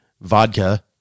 vodka